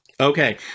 okay